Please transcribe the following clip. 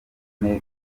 ine